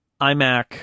iMac